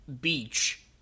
beach